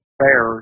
fair